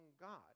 God